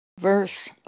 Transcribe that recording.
Verse